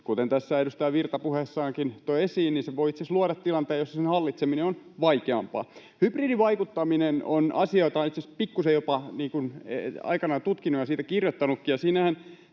kuten tässä edustaja Virta puheessaankin toi esiin, voi itse asiassa luoda tilanteen, jossa sen hallitseminen on vaikeampaa. Hybridivaikuttaminen on asia, jota olen itse asiassa pikkusen jopa aikanaan tutkinut ja siitä kirjoittanutkin.